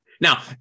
Now